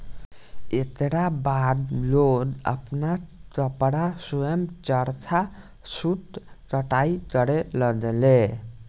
एकरा बाद लोग आपन कपड़ा स्वयं चरखा सूत कताई करे लगले